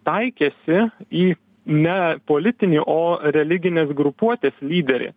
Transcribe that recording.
taikėsi į ne politinį o religinės grupuotės lyderį